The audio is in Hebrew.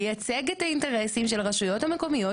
לייצג את האינטרסים של הרשויות המקומיות